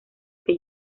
que